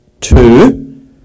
Two